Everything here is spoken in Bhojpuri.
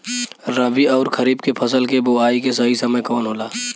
रबी अउर खरीफ के फसल के बोआई के सही समय कवन होला?